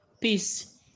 Peace